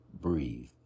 breathe